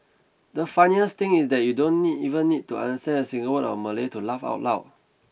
the funniest thing is that you don't need even need to understand a single word of Malay to laugh out loud